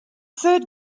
third